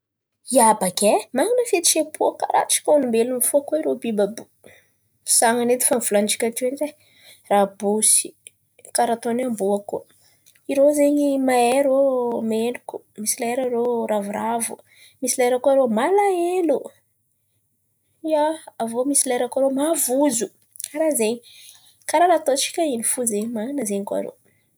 ia, bakà e! Man̈ana fihetsem-pô karà antsika olombelon̈o fo koa biby àby io. n̈y sasan̈y efa nivolan̈intsika teo rabosy, karà nataon̈y amboa. Irô zen̈y mahay reo meloko, misy lera irô ravoravo, misy lera koa irô malahelo, misy lera koa irô mavozo karà zen̈y, karà ataon̈tsika in̈y fo zen̈y. Man̈ana an'zay koa irô.